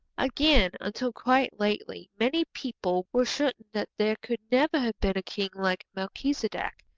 again, until quite lately many people were certain that there could never have been a king like melchizedek,